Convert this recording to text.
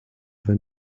wenn